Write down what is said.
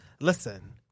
Listen